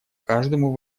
каждому